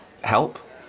help